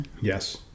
Yes